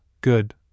good